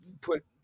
put